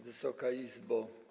Wysoka Izbo!